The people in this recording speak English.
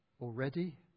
Already